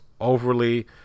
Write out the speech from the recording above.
overly